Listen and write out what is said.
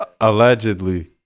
Allegedly